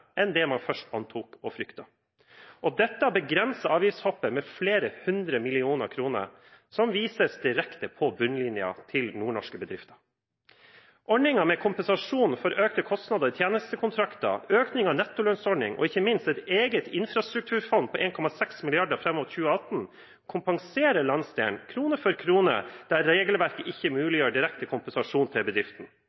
enn det man først antok og fryktet. Dette begrenser avgiftshoppet med flere hundre millioner kroner, som vises direkte på bunnlinjen til nordnorske bedrifter. Ordningen med kompensasjon for økte kostnader, tjenestekontrakter, økning av nettolønnsordning og – ikke minst – et eget infrastrukturfond på 1,6 mrd. kr fram mot 2018 kompenserer landsdelen krone for krone der regelverket ikke